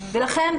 ולכן,